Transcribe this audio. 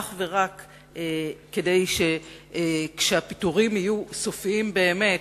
אך ורק כדי שכשהפיטורים יהיו סופיים באמת,